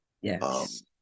yes